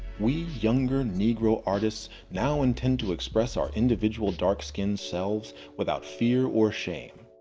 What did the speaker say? we younger negro artists now intend to express our individual dark-skinned selves without fear or shame.